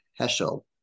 Heschel